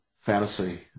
fantasy